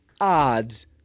odds